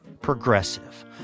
Progressive